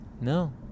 No